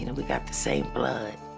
and we got the same blood.